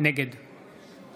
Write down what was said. נגד